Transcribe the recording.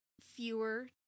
fewer